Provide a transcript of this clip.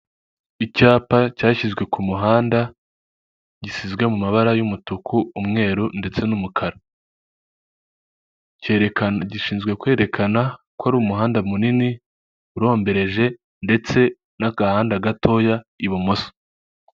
Icyapa cyashyizwe ku muhanda gisizwe mu mabara y'umutuku, umweru ndetse n'umukara. Gishinzwe kwerekana ko ari umuhanda munini urombereje ndetse n'agahanda gatoya ibumoso.